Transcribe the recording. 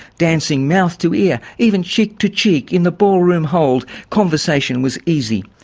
dancing mouth to ear, even cheek to cheek in the ballroom hold, conversation was easy.